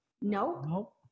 No